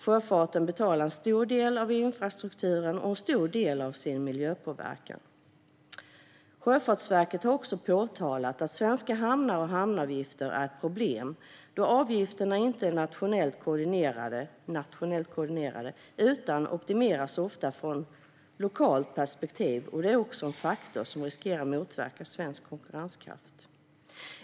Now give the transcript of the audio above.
Sjöfarten betalar en stor del av infrastrukturen och stor del av sin miljöpåverkan. Sjöfartsverket har också påtalat att svenska hamnar och hamnavgifterna är ett problem då avgifterna inte är nationellt koordinerade utan ofta optimeras från lokalt perspektiv. Det är också en faktor som riskerar att motverka svensk konkurrenskraft.